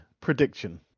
Prediction